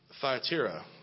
Thyatira